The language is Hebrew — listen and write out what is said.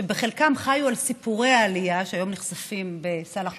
שבחלקם חיו על סיפורי העלייה שהיום נחשפים בסאלח,